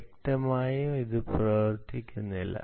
വ്യക്തമായും അത് പ്രവർത്തിക്കില്ല